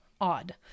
odd